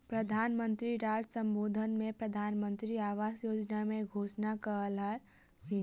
प्रधान मंत्री राष्ट्र सम्बोधन में प्रधानमंत्री आवास योजना के घोषणा कयलह्नि